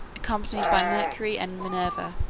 accompanied by mercury and minerva.